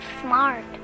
smart